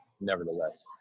Nevertheless